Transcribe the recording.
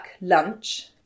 lunch